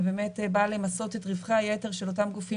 ובאמת באה למסות את רווחי היתר של אותם גופים